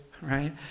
Right